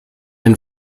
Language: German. den